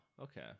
okay